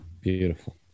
Beautiful